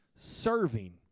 serving